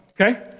okay